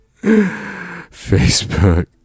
Facebook